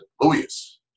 Louis